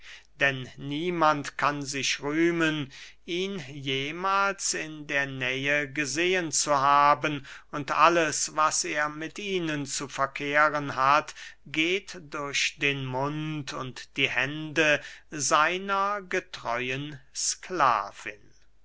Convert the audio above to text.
denn niemand kann sich rühmen ihn jemahls in der nähe gesehen zu haben und alles was er mit ihnen zu verkehren hat geht durch den mund und die hände seiner getreuen sklavin